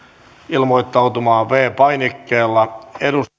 ilmoittautumaan viidennellä painikkeella